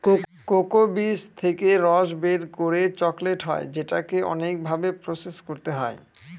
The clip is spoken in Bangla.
কোকো বীজ থেকে রস বের করে চকলেট হয় যেটাকে অনেক ভাবে প্রসেস করতে হয়